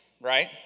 Right